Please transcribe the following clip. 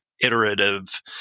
iterative